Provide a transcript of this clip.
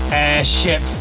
Airship